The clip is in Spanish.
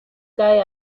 cae